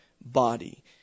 body